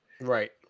Right